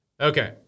Okay